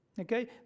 okay